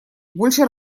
больше